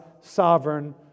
sovereign